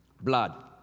blood